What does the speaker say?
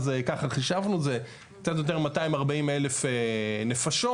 אז ככה חישבנו קצת יותר מ-240,000 נפשות